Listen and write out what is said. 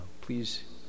please